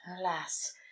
alas